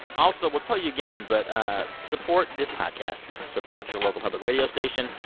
also, we'll tell you again, but support this podcast. support your local public radio station.